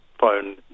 phone